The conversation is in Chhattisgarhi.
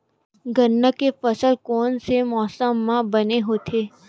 गन्ना के फसल कोन से मौसम म बने होथे?